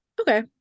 okay